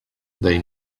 they